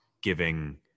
giving